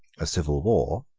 a civil war,